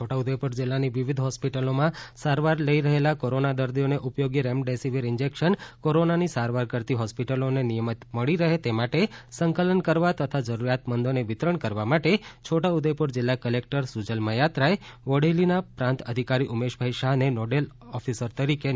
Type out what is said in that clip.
છોટાઉદેપુર જિલ્લાની વિવિધ હોસ્પિટલોમાં સારવાર લઈ રહેલા કોરોના દર્દીઓને ઉપયોગી રેમડેસિવિર ઇંજેક્શન કોરોનાની સારવાર કરતી હોસ્પિટલોને નિયમિત મળી રહે તે માટે સંકલન કરવા તથા જરૂરિયાતમંદોને વિતરણ કરવા માટે છોટાઉદેપુર જિલ્લા કલેકટર સુજલ મયાત્રાએ બોડેલીના પ્રાંત અધિકારી ઉમેશભાઈ શાહને નોડલ ઓફિસર નિયુક્ત કર્યા છે